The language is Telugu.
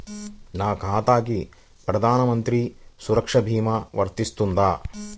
నా ఖాతాకి ప్రధాన మంత్రి సురక్ష భీమా వర్తిస్తుందా?